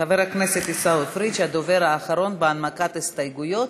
חבר הכנסת עיסאווי פריג' הוא הדובר האחרון בהנמקת הסתייגויות,